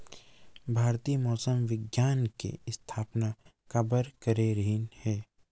भारती मौसम विज्ञान के स्थापना काबर करे रहीन है?